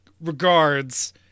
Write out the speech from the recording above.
regards